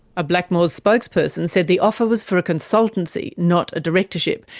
a blackmores spokesperson said the offer was for a consultancy, not a directorship,